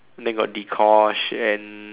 then got Dee-Kosh and